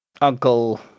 uncle